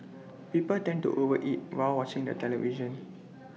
people tend to overeat while watching the television